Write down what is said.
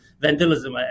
vandalism